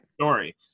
Story